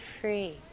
free